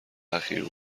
اخیر